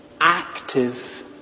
active